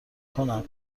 کنم